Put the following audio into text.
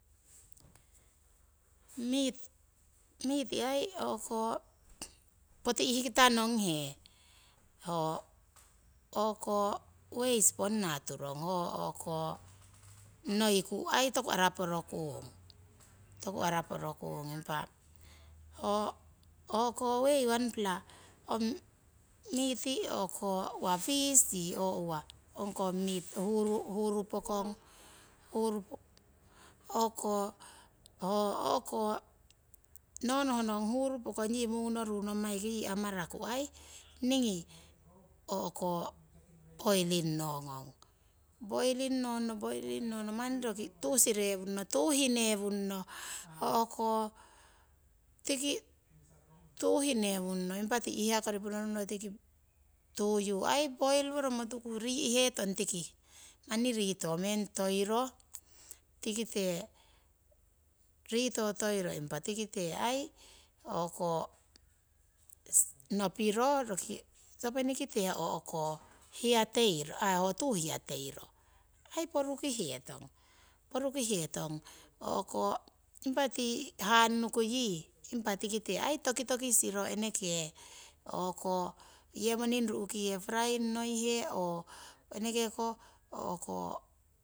. Miit, miiti aii o'ko poti ihkita nonghe ho o'ko ways ponna turong ho o'ko noiku toku araporo kung, toku araporo kung. Impa ho o'ko way wanpla ong miiti o'ko uwa fish yii oo uwa ongkoh miit uwa huuru huuru pokong, huuru o'ko no nohno ong huuru pokong yii mungonoru nommaiki amaraku aii ningi o'ko boiling nongong, boiling nonno, boiling nonno manni roki tuu sirewunno, tuu iinihewunnno o'ko tiki impa tii iihaa kori ponorungno tiki tuyu aii poiriworomo tuku rii'hetong tiki. Manni rito meng toiro tikite ritotoiro impa tikite aii o'ko nopiro sosopeni tikite o'ko hiyateiro aii ho tuu hiyateiro porukihetong impa tii hannuku yii impa tikite yii tokitokisiro eneke o'ko yewoning ru'kihe frying noihe ho eneke o'ko